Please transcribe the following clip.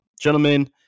Gentlemen